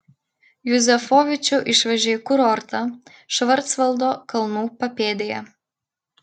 juzefovičių išvežė į kurortą švarcvaldo kalnų papėdėje